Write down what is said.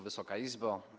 Wysoka Izbo!